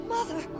Mother